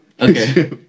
Okay